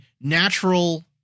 natural